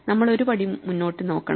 നമ്മൾ ഒരു പടി മുന്നോട്ട് നോക്കണം